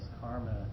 karma